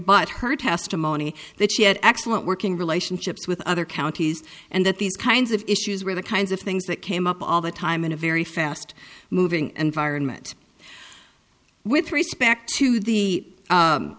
ut her testimony that she had excellent working relationships with other counties and that these kinds of issues were the kinds of things that came up all the time in a very fast moving and vironment with respect to the